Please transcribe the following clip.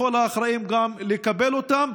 לכל האחראים לקבל אותם.